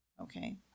Okay